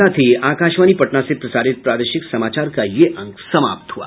इसके साथ ही आकाशवाणी पटना से प्रसारित प्रादेशिक समाचार का ये अंक समाप्त हुआ